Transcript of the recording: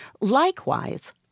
Likewise